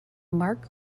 mark